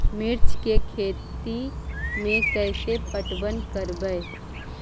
मिर्ची के खेति में कैसे पटवन करवय?